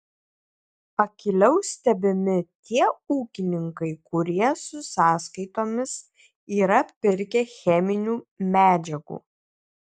akyliau stebimi tie ūkininkai kurie su sąskaitomis yra pirkę cheminių medžiagų